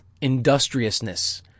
industriousness